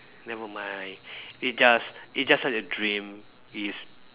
never mind it just it just a dream it is